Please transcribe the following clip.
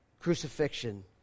crucifixion